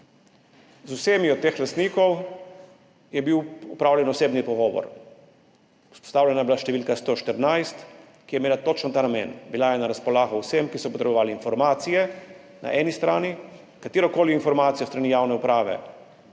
Z vsemi od teh lastnikov je bil opravljen osebni pogovor, vzpostavljena je bila številka 114, ki je imela točno ta namen, bila je na razpolago vsem, ki so potrebovali informacije na eni strani, katerokoli informacijo s strani javne uprave,